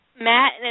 Matt